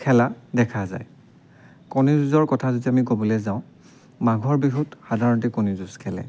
খেলা দেখা যায় কণী যুঁজৰ কথা যেতিয়া আমি ক'বলৈ যাওঁ মাঘৰ বিহুত সাধাৰণতে কণী যুঁজ খেলে